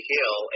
Hill